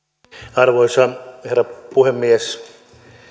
arvoisa herra puhemies